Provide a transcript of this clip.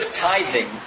tithing